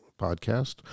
podcast